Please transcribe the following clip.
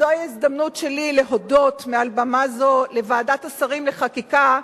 זאת ההזדמנות שלי להודות מעל במה זו לוועדת השרים לחקיקה,